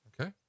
Okay